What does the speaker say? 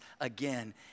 again